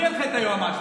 מי ינחה את היועמ"ש?